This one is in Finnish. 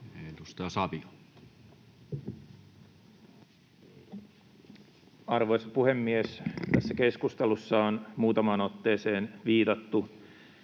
Content: Arvoisa puhemies! Tässä keskustelussa on muutamaan otteeseen viitattu